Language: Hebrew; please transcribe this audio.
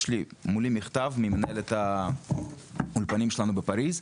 יש לי מולי מכתב ממנהלת האולפנים שלנו בפריז,